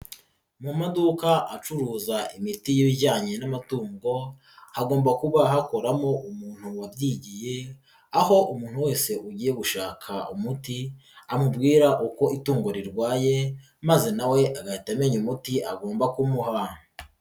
Mu maduka acuruza imiti y'ibijyanye n'amatungo hagomba kuba hakoramo umuntu wabyigiye, aho umuntu wese ugiye gushaka umuti amubwira uko itungo rirwaye maze na we agahita amenya umuti agomba kumuha.